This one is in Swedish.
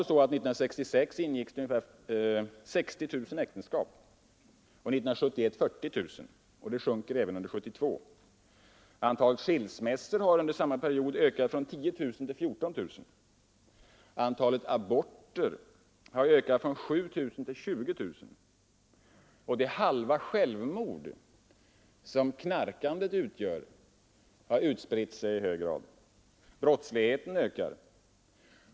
År 1966 ingicks 60 000 och 1971 40 000 äktenskap, och siffrorna kommer att sjunka även under 1972. Antalet skilsmässor har under samma period ökat från 10 000 till 14 000, antalet aborter har ökat från 7 000 till 20 000, och det halva självmord som knarkandet utgör har spritt sig i hög grad. Brottsligheten ökar.